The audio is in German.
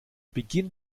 beginn